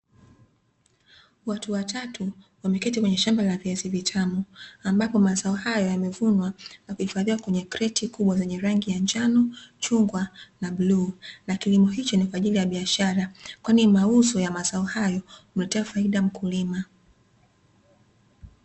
Watu watatu wameketi kwenye shamba la viazi vitamu, ambapo mazao haya yamevunwa na kuhifadhiwa kwenye kreti kubwa zenye rangi ya njano, chungwa na bluu, na kilimo hicho ni kwa ajili ya biashara kwani mauzo ya mazao hayo humletea faida mkulima.